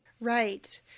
Right